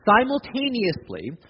simultaneously